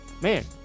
man